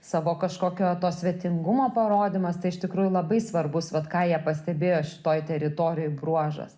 savo kažkokio to svetingumo parodymas tai iš tikrųjų labai svarbus vat ką jie pastebėjo šitoj teritorijoj bruožas